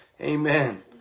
Amen